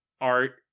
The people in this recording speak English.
art